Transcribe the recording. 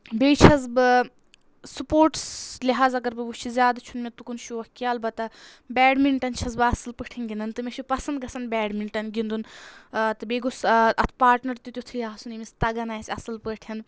بیٚیہِ چھیٚس بہٕ سپورٹٕس لِحاظ اگر بہٕ وُچھہِ زیادٕ چھُنہٕ مےٚ تُکُن شوق کیٚنٛہہ البتہ بَیڈمِنٹَن چھیٚس بہٕ اصٕل پٲٹھۍ گِنٛدان تہٕ مےٚ چھُ پَسنٛد گژھان بَیڈمِنٹَن گِنٛدُن ٲں تہٕ بیٚیہِ گوٚژھ ٲں اَتھ پارٹنَر تہِ تیٛتھُے آسُن ییٚمِس تَگان آسہِ اصٕل پٲٹھۍ